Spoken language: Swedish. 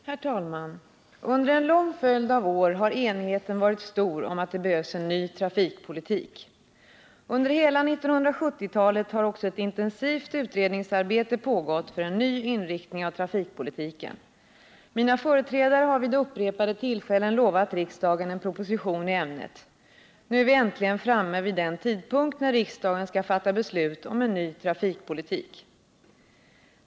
Herr talman! Under en lång följd av år har enigheten varit stor om att det behövs en ny trafikpolitik. Under hela 1970-talet har också ett intensivt utredningsarbete pågått för en ny inriktning av trafikpolitiken. Mina företrädare har vid upprepade tillfällen lovat riksdagen en proposition i ämnet. Nu är vi äntligen framme vid den tidpunkt när riksdagen skall fatta beslut om en ny trafikpolitik.